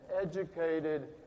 educated